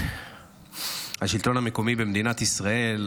השלטון המקומי במדינת ישראל,